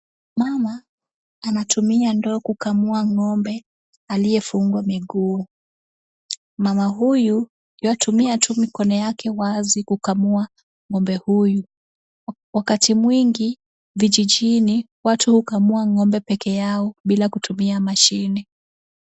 Mama anatumia ndoo kukamua ng'ombe aliyefungwa miguu. Mama huyu yuatumia mikono yake wazi kukamua ng'ombe. Wakati mwingi vijijini watu hukamua ng'ombe peke yao bila kutumia mashini.